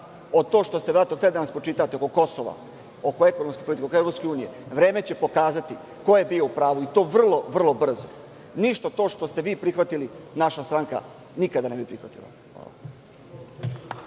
od toga što ste verovatno hteli da nam spočitavate oko Kosova, oko EU, oko ekonomske politike, vreme će pokazati ko je bio u pravu i to vrlo brzo. To što ste vi prihvatili, naša stranka nikada ne bi prihvatila.